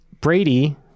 Brady